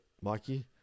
Mikey